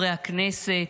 הכנסת,